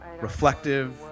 reflective